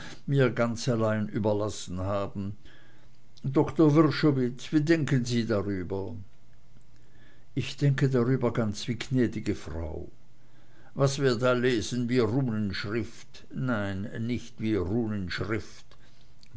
mir ganz allein überlassen haben doktor wrschowitz wie denken sie darüber ich denke darüber ganz wie gnädige frau was wir da lesen wie runenschrift nein nicht wie